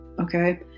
okay